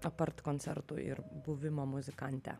apart koncertų ir buvimo muzikante